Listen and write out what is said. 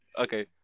okay